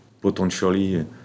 potentially